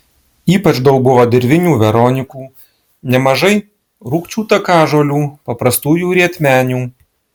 ypač daug buvo dirvinių veronikų nemažai rūgčių takažolių paprastųjų rietmenių